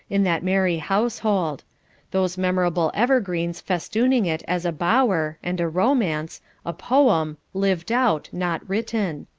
in that merry household those memorable evergreens festooning it as a bower and a romance a poem lived out not written.